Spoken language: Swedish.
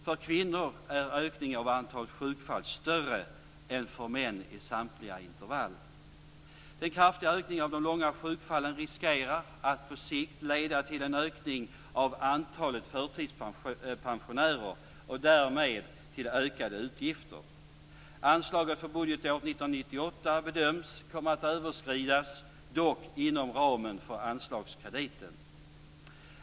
För kvinnor är ökningen av antalet sjukfall större än för män i samtliga intervall. Den kraftiga ökningen av de långa sjukfallen riskerar att på sikt leda till en ökning av antalet förtidspensionärer och därmed till ökade utgifter. Anslaget för budgetåret 1998 bedöms komma att överskridas, dock inom ramen för anslagskrediten.